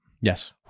Yes